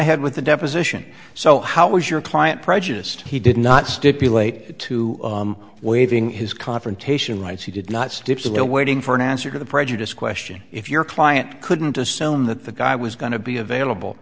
ahead with the deposition so how was your client prejudiced he did not stipulate to waiving his confrontation rights he did not stipulate a waiting for an answer to the prejudice question if your client couldn't assume that the guy was going to be available